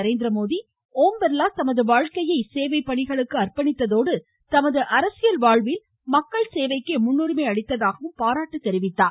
நரேந்திரமோடி ஓம் பிர்லா தமது வாழ்க்கையை சேவை பணிகளுக்கு அர்ப்பணித்ததோடு தமது அரசியல் வாழ்வில் மக்கள் சேவைக்கே முன்னுரிமை அளித்ததாகவும் பாராட்டு தெரிவித்தார்